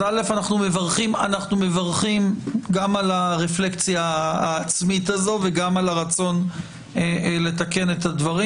אנחנו מברכים גם על הרפלקציה העצמית הזאת וגם על הרצון לתקן את הדברים.